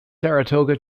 saratoga